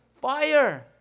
Fire